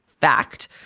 fact